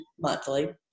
monthly